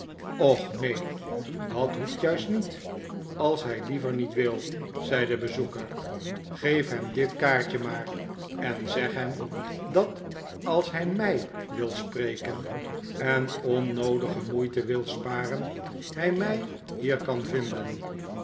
och neen dat hoeft juist niet als hij liever niet wil zei de bezoeker geef hem dit kaartje maar en zeg hem dat als hij m ij wil spreken en onnoodige moeite wil sparen hij mij hier kan vinden